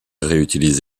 réutilise